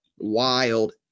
Wild